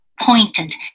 pointed